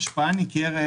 "השפעה ניכרת"